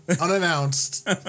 unannounced